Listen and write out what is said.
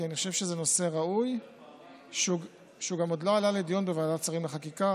כי אני חושב שזה נושא ראוי שגם עוד לא עלה לדיון בוועדת שרים לחקיקה,